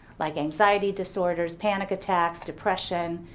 like anxiety disorders, panic attacks, depression,